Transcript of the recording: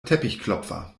teppichklopfer